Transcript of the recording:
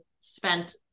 spent